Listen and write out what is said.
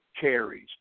carries